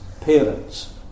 parents